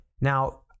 now